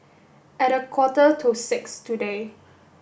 at a quarter to six today